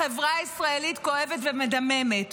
החברה הישראלית כואבת ומדממת.